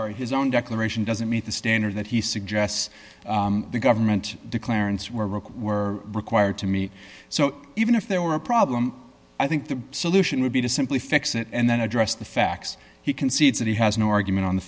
is his own declaration doesn't meet the standard that he suggests the government declaring were required to meet so even if there were a problem i think the solution would be to simply fix it and then address the facts he concedes that he has no argument on the